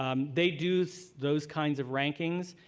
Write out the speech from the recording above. um they do so those kinds of rankings.